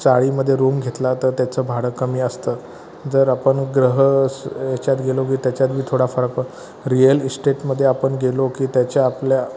चाळीमध्ये room घेतला तर त्याचं भाडं कमी असतं जर आपण ग्रह स याच्यात गेलो की त्याच्यात बी थोडा फरक प रिअल इस्टेटमध्ये आपण गेलो की त्याच्या आपल्या